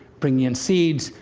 bringing in seeds,